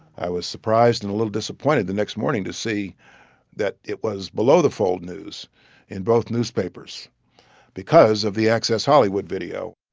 i was surprised and a little disappointed the next morning to see that it was below-the-fold news in both newspapers because of the access hollywood video.